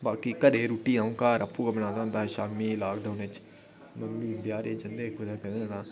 बाकी घरै दी रुट्टी अं'ऊ घर आपूं गै बना दा होंदा हा ओह् शामीं लॉकडाउन च मम्मी बाजारै ई जंदे हे कुदै कदें तां